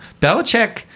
Belichick